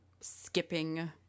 skipping